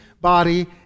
body